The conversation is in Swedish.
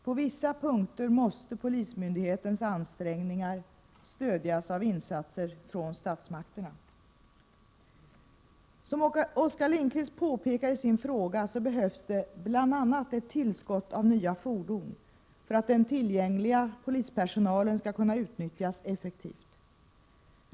På vissa punkter måste polismyndighetens ansträngningar stödjas av insatser från statsmakterna. Som Oskar Lindkvist påpekar i sin fråga behövs det bl.a. ett tillskott av nya fordon för att den tillgängliga polispersonalen skall kunna utnyttjas effektivt.